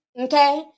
okay